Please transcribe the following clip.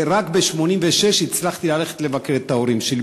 ורק ב-1986 הצלחתי ללכת לבקר את ההורים שלי.